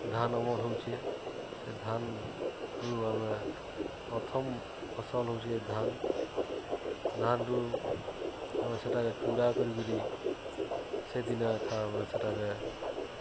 ଧାନ୍ ଅମଲ୍ ହଉଛେ ସେ ଧାନ୍ରୁ ଆମେ ପ୍ରଥମ୍ ଫସଲ୍ ହଉଛେ ଧାନ୍ ଧାନ୍ରୁ ଆମେ ସେଟାକେ ଚୁଡ଼ା କରିକିରି ସେଦିନ ଏଖା ଆମେ ସେଟାକେ